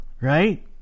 right